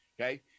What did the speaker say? okay